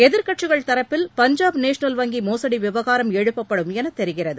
எதிர்க்கட்சிகள் தரப்பில் பஞ்சாப் நேஷனல் வங்கி மோசடி விவகாரம் எழுப்பப்படும் என தெரிகிறது